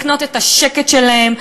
לקנות את השקט שלהם,